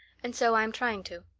and so i am trying to.